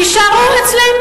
תישארו אצלנו,